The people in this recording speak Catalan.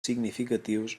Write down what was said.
significatius